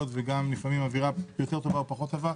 וגם לפעמים אווירה יותר טובה או פחות טובה.